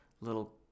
little